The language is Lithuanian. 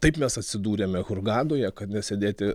taip mes atsidūrėme hurgadoje kad nesėdėti